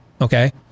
Okay